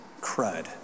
crud